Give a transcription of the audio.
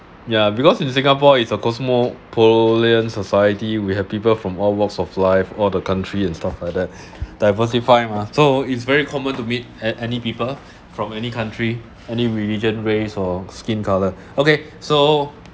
ya because in singapore it's a cosmopolitan society we have people from all walks of life all the country and stuff like that diversify mah so it's very common to meet a~ any people from any country any religion race or skin colour okay so